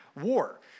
war